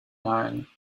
mine